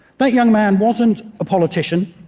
that young man wasn't a politician,